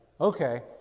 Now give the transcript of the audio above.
okay